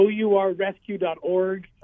OURrescue.org